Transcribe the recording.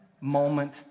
moment